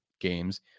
games